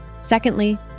Secondly